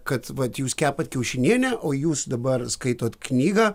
kad vat jūs kepat kiaušinienę o jūs dabar skaitot knygą